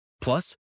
Plus